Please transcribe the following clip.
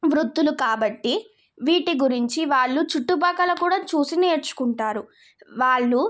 వృత్తులు కాబట్టి వీటి గురించి వాళ్ళు చుట్టుపక్కల కూడా చూసి నేర్చుకుంటారు వాళ్ళు